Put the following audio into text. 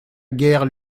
guerre